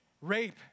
rape